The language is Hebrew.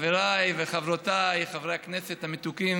חבריי וחברותיי חברי הכנסת המתוקים